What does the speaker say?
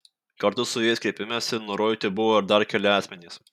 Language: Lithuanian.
kartu su jais kreipimesi nurodyti buvo ir dar keli asmenys